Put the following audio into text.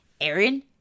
Aaron